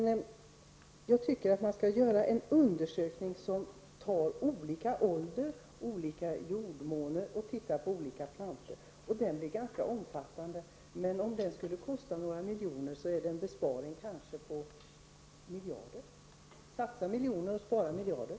Jag tycker att man skall göra en undersökning där man studerar olika ålder, olika jordmån och olika planttyper. Den skulle bli ganska omfattande. Om den skulle kosta några miljoner, medför den kanske en besparing på miljarder. Satsa miljoner och spara miljarder!